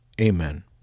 Amen